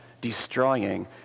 destroying